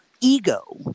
ego